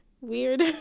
weird